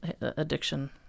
addiction